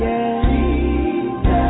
Jesus